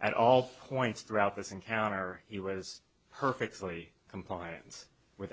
at all points throughout this encounter he was perfectly compliance with